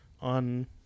on